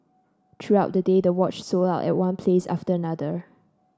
throughout the day the watch sold out at one place after another